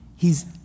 hes